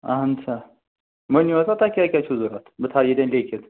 اَہَن سا ؤنِو ہسا تۄہہِ کیٛاہ کیٛاہ چھُو ضوٚرَتھ بہٕ تھاوٕ ییٚتٮ۪ن لیٚکھِتھ